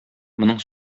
моның